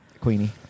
Queenie